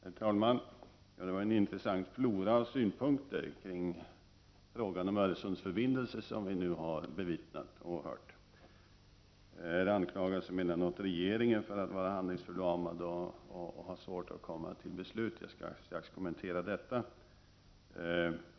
Herr talman! Det var en intressant flora av synpunkter kring frågan om Öresundsförbindelse som vi nu har hört. Emellanåt anklagas regeringen för att vara handlingsförlamad och ha svårt att komma till beslut — jag skall strax kommentera detta.